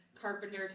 Carpenter